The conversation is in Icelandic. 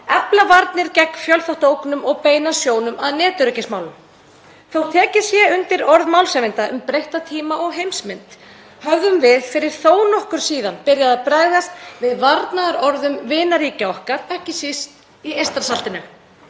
efla varnir gegn fjölþáttaógnum og beina sjónum að netöryggismálum. Þótt tekið sé undir orð málshefjanda um breytta tíma og heimsmynd höfðum við fyrir þó nokkru síðan byrjað að bregðast við varnaðarorðum vinaríkja okkar, ekki síst í Eystrasaltinu.